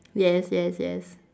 yes yes yes